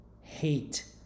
hate